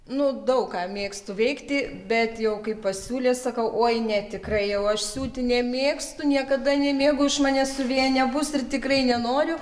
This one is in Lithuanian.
nu daug ką mėgstu veikti bet jau kai pasiūlė sakau oi ne tikrai jau aš siūti nemėgstu niekada nemėgau iš manęs siuvėja nebus ir tikrai nenoriu